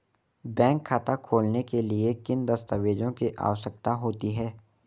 Bank खाता खोलने के लिए किन दस्तावेज़ों की आवश्यकता होती है?